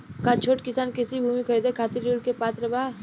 का छोट किसान कृषि भूमि खरीदे के खातिर ऋण के पात्र बा?